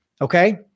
okay